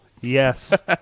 yes